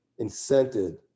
incented